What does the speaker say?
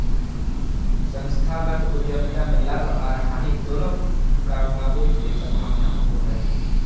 संस्थागत उद्यमिता में लाभ आर हानि दोनों कमाबे के संभावना होबो हय